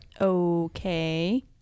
Okay